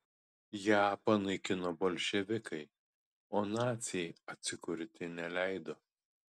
ją panaikino bolševikai o naciai atsikurti neleido